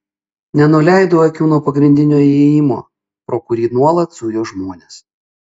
nenuleido akių nuo pagrindinio įėjimo pro kurį nuolat zujo žmonės